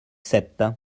sept